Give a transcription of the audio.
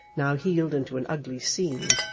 now healed into an ugly seam,